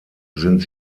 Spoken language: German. sind